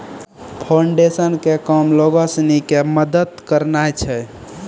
foundation के काम लोगो सिनी के मदत करनाय छै